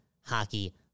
hockey